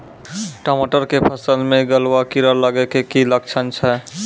टमाटर के फसल मे गलुआ कीड़ा लगे के की लक्छण छै